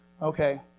Okay